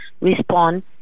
respond